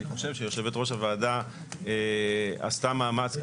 אני חושב שיושבת-ראש הוועדה עשתה מאמץ.